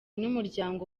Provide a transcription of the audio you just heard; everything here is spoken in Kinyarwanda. n’umuryango